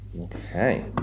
Okay